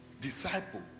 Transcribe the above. disciple